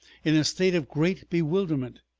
in a state of great bewilderment.